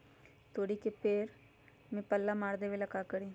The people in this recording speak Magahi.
तोड़ी के पेड़ में पल्ला मार देबे ले का करी?